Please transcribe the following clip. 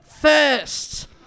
first